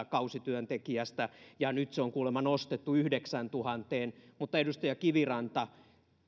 kausityöntekijästä ja nyt se on kuulemma nostettu yhdeksääntuhanteen mutta jos edustaja kiviranta